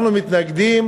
אנחנו מתנגדים,